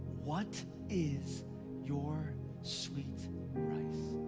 what is your sweet rice?